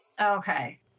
Okay